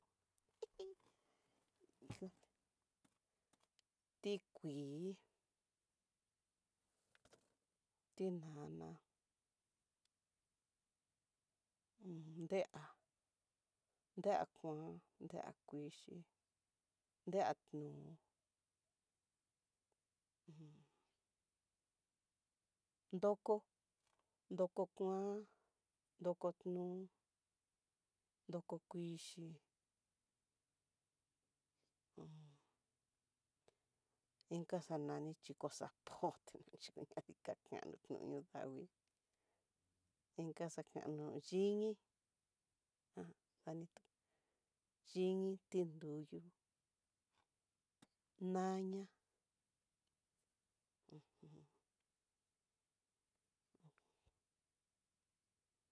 Jijiji tikuii, tinana ndea, ndea kuan ndea kuxhi, ndea nuu un, ndoko ndoko kuan, ndoko nu, ndoko kuxhii, inka xanani chico sapote jajaja dikan kano no yudangui, inka xakano yinii há anitu yinii tinruyu ñana ujun, ujun.